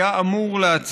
שהוא אדם חף מפשע,